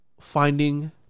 finding